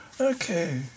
Okay